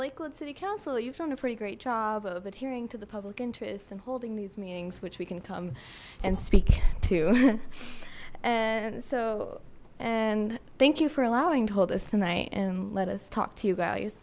glad city council you've found a pretty great job of adhering to the public interest and holding these meetings which we can come and speak to and so and thank you for allowing told us tonight and let us talk to you